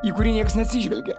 į kurį nieks neatsižvelgia